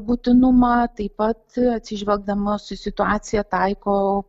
būtinumą taip pat atsižvelgdamos į situaciją taiko